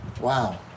Wow